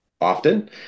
often